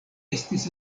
estis